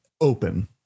open